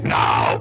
now